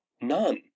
None